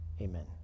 Amen